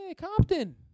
Compton